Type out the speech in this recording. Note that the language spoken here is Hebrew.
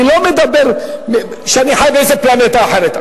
אני לא מדבר כשאני חי באיזה פלנטה אחרת.